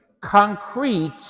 concrete